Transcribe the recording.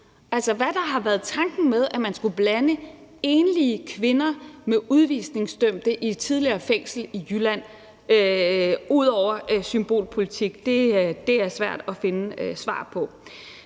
hvad der har været tanken med, at man skulle blande enlige kvinder med udvisningsdømte i et tidligere fængsel i Jylland, ud over symbolpolitik, er svært at finde svar på.